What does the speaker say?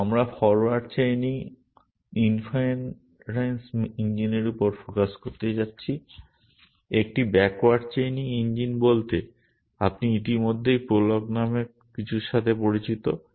এবং আমরা forward chaining inference ইঞ্জিনের উপর ফোকাস করতে যাচ্ছি একটি ব্যাকওয়ার্ড চেইনিং ইঞ্জিন বলতে আপনি ইতিমধ্যেই প্রোলগ নামক কিছুর সাথে পরিচিত